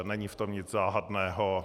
Není v tom nic záhadného.